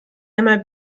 einmal